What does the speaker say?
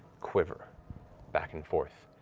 quiver back and forth,